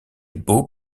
beaux